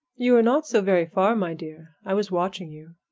you were not so very far, my dear i was watching you,